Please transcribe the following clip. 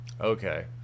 Okay